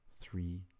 three